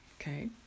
Okay